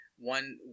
one